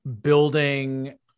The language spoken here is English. building